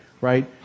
Right